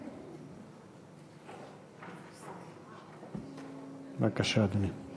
בבקשה, אדוני.